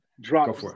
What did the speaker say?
drop